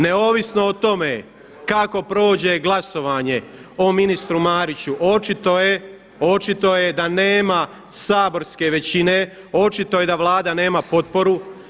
Neovisno o tome kako prođe glasovanje o ministru Mariću, očito je da nema saborske većine, očito je da Vlada nema potporu.